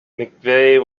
mcveigh